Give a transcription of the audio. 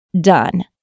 done